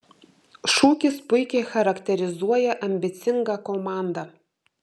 šūkis puikiai charakterizuoja ambicingą komandą